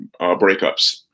breakups